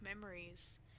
memories